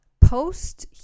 post